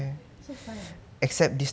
so fun